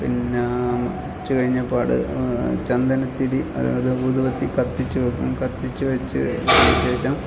പിന്നെ ഉച്ചകഴിഞ്ഞപ്പാട് ചന്ദനത്തിരി അതുപോലെ ഊത് പത്തി കത്തിച്ച് വെക്കും കത്തിച്ച് വെച്ച് ശേഷം